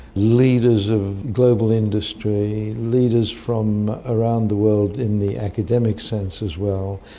leaders of global industry, leaders from around the world in the academic sense as well,